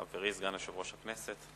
חברי, סגן יושב-ראש הכנסת,